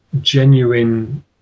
genuine